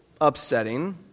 upsetting